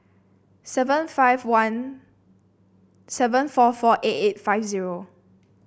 seven five one seven four four eight eight five zero